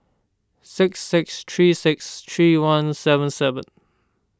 six six three six three one seven seven